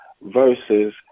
versus